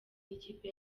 n’ikipe